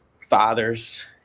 fathers